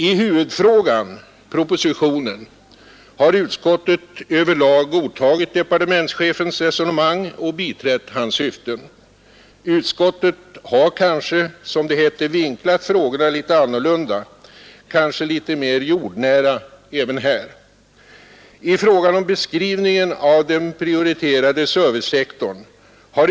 I huvudfrågan — propositionen — har utskottet överlag godtagit departementschefens resonemang och biträtt hans syften. Utskottet har kanske, som det heter, vinklat frågorna litet annorlunda — kanske litet mer jordnära även här.